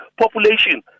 population